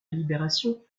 libération